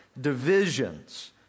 divisions